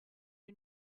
you